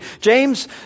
James